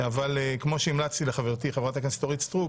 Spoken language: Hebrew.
אבל כמו שהמלצתי לחברתי, חברת הכנסת אורית סטרוק,